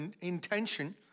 intention